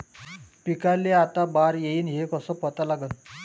पिकाले आता बार येईन हे कसं पता लागन?